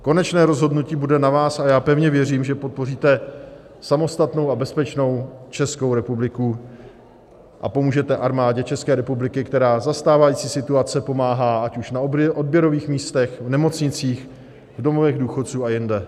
Konečné rozhodnutí bude na vás a já pevně věřím, že podpoříte samostatnou a bezpečnou Českou republiku a pomůžete Armádě České republiky, která za stávající situace pomáhá ať už na odběrových místech, v nemocnicích, v domovech důchodců a jinde.